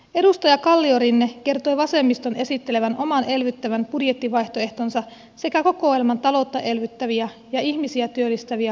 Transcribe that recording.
edustaja kalliorinne kertoi vasemmiston esittelevän oman elvyttävän budjettivaihtoehtonsa sekä kokoelman taloutta elvyttäviä ja ihmisiä työllistäviä hankkeita